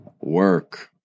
work